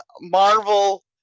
Marvel